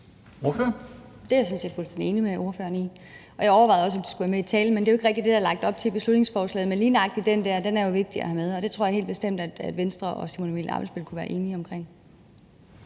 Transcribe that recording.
sådan set fuldstændig enig med spørgeren i, og jeg overvejede også, om det skulle med i talen, men det er jo ikke rigtig det, der er lagt op til i beslutningsforslaget. Men lige nøjagtig det er jo vigtigt at have med, og det tror jeg helt bestemt at Venstre og Simon Emil Ammitzbøll kunne blive enige om.